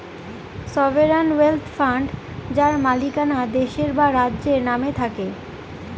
sovereign wealth fund যার মালিকানা দেশের বা রাজ্যের নামে থাকে